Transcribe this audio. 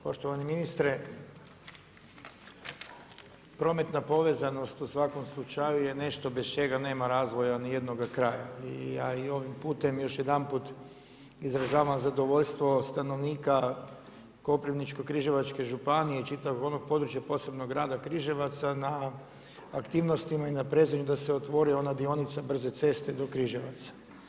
Poštovani ministre, prometna povezanost u svakom slučaju je nešto bez čega nema razvoja nijednoga kraja i ja i ovim putem još jedanput izražavam zadovoljstvo stanovnika Koprivničko-križevačke županije i čitavog onog područja, posebno grada Križevaca na aktivnostima i naprezanju da se otvori ona dionica brze ceste do Križevaca.